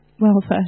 welfare